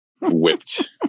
whipped